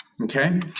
Okay